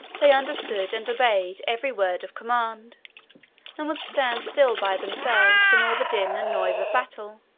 they understood, and obeyed, every word of command and would stand still by themselves, in all the din and noise of battle,